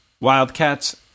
Wildcats